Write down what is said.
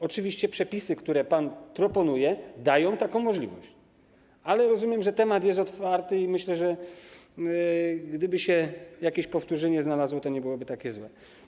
Oczywiście przepisy, które pan proponuje, dają taką możliwość, ale rozumiem, że temat jest otwarty i myślę, że gdyby się jakieś powtórzenie znalazło, to nie byłoby takie złe.